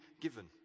given